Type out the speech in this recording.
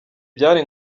byari